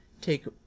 take